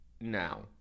now